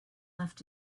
left